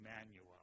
Emmanuel